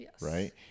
right